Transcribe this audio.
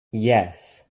yes